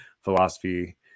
philosophy